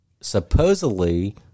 Supposedly